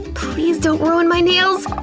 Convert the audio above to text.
please don't ruin my nails!